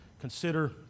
consider